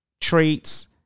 traits